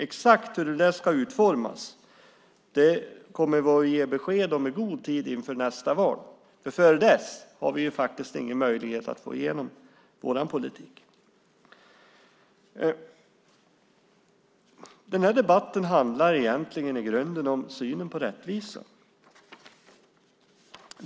Exakt hur det ska utformas kommer vi att ge besked om i god tid inför nästa val. Innan dess har vi ingen möjlighet att få igenom vår politik. Debatten handlar i grunden om synen på rättvisa.